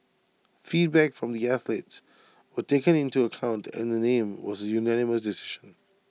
feedback from the athletes were taken into account and the name was A unanimous decision